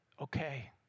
Okay